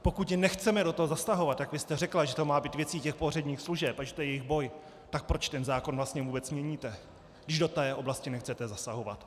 Pokud nechceme do toho zasahovat, jak vy jste řekla, že to má být věcí těch pohřebních služeb a že to je jejich boj, tak proč ten zákon vlastně vůbec měníte, když do té oblasti nechcete zasahovat?